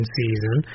season